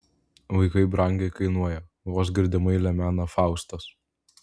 vaikai brangiai kainuoja vos girdimai lemena faustas